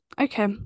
okay